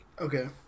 Okay